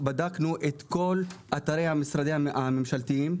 בדקנו את כל אתרי המשרדים הממשלתיים,